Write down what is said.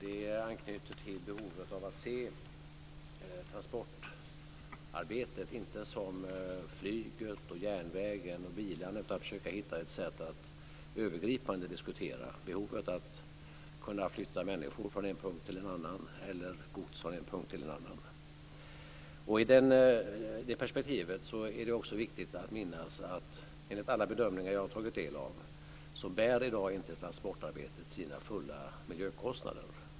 Det anknyter till behovet av att inte se transportarbetet som flyget, järnvägen och bilarna utan försöka hitta ett sätt att övergripande diskutera behovet att kunna flytta människor eller gods från en punkt till en annan. I det perspektivet är det också viktigt att minnas att transportarbetet i dag enligt alla bedömningar jag har tagit del av inte bär sina fulla miljökostnader.